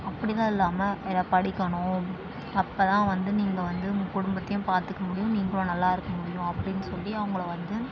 அப்படிலாம் இல்லாமல் எதாவது படிக்கணும் அப்போதான் வந்து நீங்கள் வந்து உங்கள் குடும்பத்தையும் பார்த்துக்க முடியும் நீங்களும் நல்லா இருக்கமுடியும் அப்படின்னு சொல்லி அவங்களை வந்து